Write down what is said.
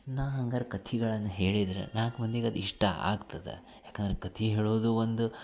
ನಾ ಹಂಗಾರೆ ಕಥಿಗಳನ್ನು ಹೇಳಿದ್ರೆ ನಾಲ್ಕು ಮಂದಿಗೆ ಅದು ಇಷ್ಟ ಆಗ್ತದೆ ಏಕಂದ್ರೆ ಕಥೆ ಹೇಳೋದೂ ಒಂದು